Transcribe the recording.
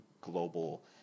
global